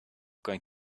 going